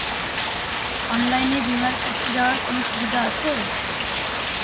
অনলাইনে বীমার কিস্তি দেওয়ার কোন সুবিধে আছে?